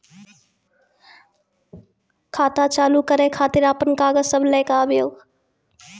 खाता चालू करै खातिर आपन कागज सब लै कऽ आबयोक?